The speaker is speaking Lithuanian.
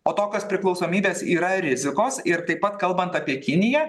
o tokios priklausomybės yra rizikos ir taip pat kalbant apie kiniją